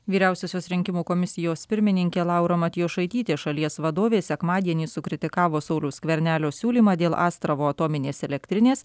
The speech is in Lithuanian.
vyriausiosios rinkimų komisijos pirmininkė laura matjošaitytė šalies vadovė sekmadienį sukritikavo sauliaus skvernelio siūlymą dėl astravo atominės elektrinės